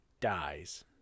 dies